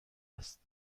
است